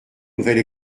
nouvelle